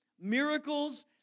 miracles